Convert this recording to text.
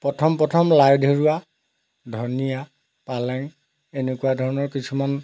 পথম পথম লাই ধেৰুৱা ধনীয়া পালেং এনেকুৱা ধৰণৰ কিছুমান